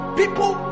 people